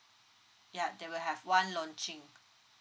ya they will have one launching